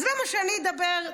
אז למה שאני אדבר?